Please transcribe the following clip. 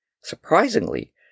Surprisingly